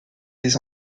des